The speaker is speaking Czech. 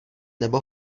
nebo